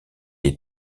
est